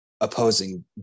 opposing